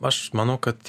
aš manau kad